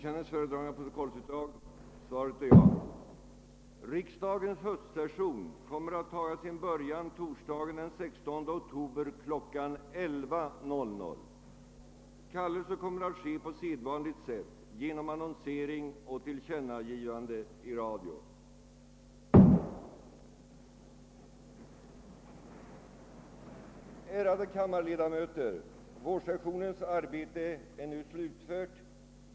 Ärade kammarledamöter! Vårsessionens arbete är nu slutfört.